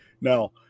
Now